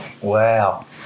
Wow